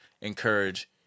encourage